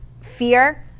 fear